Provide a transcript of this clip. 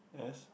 yes